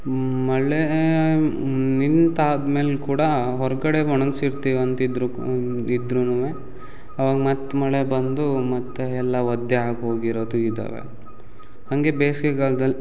ಮಳೆ ನಿಂತಾದ ಮೇಲೆ ಕೂಡ ಹೊರಗಡೆ ಒಣಗ್ಸಿರ್ತೀವಿ ಅಂತಿದ್ದರು ಇದ್ರುನು ಆವಾಗ ಮತ್ತು ಮಳೆ ಬಂದು ಮತ್ತು ಎಲ್ಲ ಒದ್ದೆ ಆಗಿ ಹೋಗಿರೊದು ಇದಾವೆ ಹಾಗೆ ಬೇಸ್ಗೆಗಾಲ್ದಲ್ಲಿ